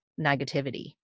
negativity